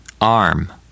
arm